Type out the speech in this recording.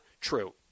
true